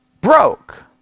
broke